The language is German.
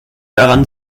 daran